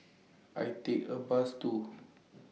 I Take A Bus to